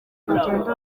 urugendo